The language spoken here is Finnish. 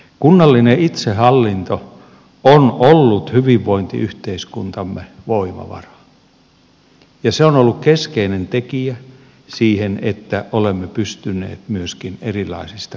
kunnallinen itsehallinto on ollut hyvinvointiyhteiskuntamme voimavara ja se on ollut keskeinen tekijä siinä että olemme pystyneet myöskin erilaisista kriiseistä selviytymään